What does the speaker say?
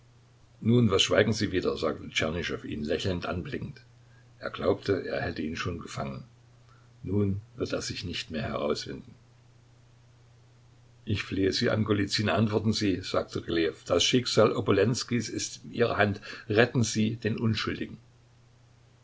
nun was schweigen sie wieder sagte tschernyschow ihn lächelnd anblickend er glaubte er hätte ihn schon gefangen nun wird er sich nicht mehr herauswinden ich flehe sie an golizyn antworten sie sagte rylejew das schicksal obolenskijs ist in ihrer hand retten sie den unschuldigen